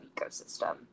ecosystem